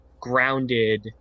grounded